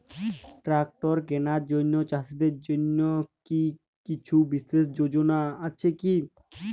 Tractor কেনার জন্য চাষীদের জন্য কী কিছু বিশেষ যোজনা আছে কি?